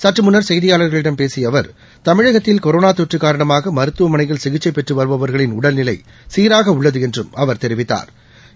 சற்றுமுன்னா செய்தியாளாகளிடம் பேசியஅவா் தமிழகத்தில் கொரோனாதொற்றுகாரணமாகமருத்துவமனையில் சிகிச்சைபெற்றுவருபவா்களின் உடல்நிலைசீராகஉள்ளதுஎன்றும் அவா் தெரிவித்தாா்